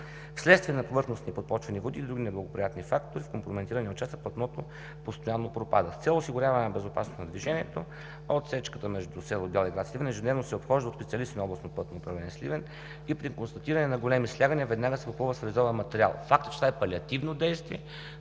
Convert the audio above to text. Вследствие на повърхностни и подпочвени води и други неблагоприятни фактори в компрометирания участък платното постоянно пропада. С цел осигуряване на безопасност на движението отсечката между село Бяла и град Сливен ежедневно се обхожда от специалисти на Областно пътно управление – Сливен, и при констатиране на големи слягания веднага се попълва с фрезован материал. Факт е, че това е палиативно действие,